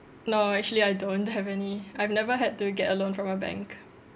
no actually I don't have any I've never had to get a loan from a bank